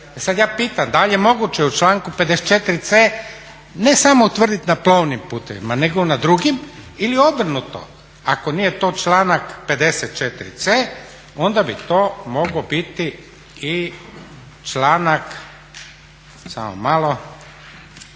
sad ja pitam da li je moguće u članku 54.c ne samo utvrditi na plovnim putovima nego na drugim ili obrnuto ako nije to članak 54.c onda bi to mogao biti i članak gdje